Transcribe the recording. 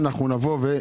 הם יבואו.